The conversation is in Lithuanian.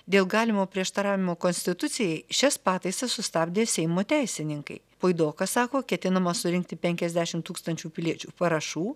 dėl galimo prieštaravimo konstitucijai šias pataisas sustabdė seimo teisininkai puidokas sako ketinama surinkti penkiasdešim tūkstančių piliečių parašų